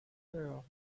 girl